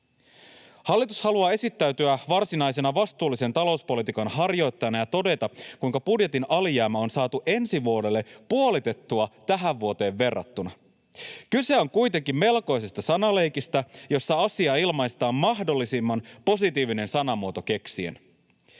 Hallitus haluaa esittäytyä varsinaisena vastuullisen talouspolitiikan harjoittajana ja todeta, kuinka budjetin alijäämä on saatu ensi vuodelle puolitettua tähän vuoteen verrattuna. Kyse on kuitenkin melkoisesta sanaleikistä, jossa asia ilmaistaan mahdollisimman positiivinen sanamuoto keksien.